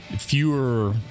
fewer